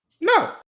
No